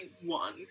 one